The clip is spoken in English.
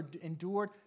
endured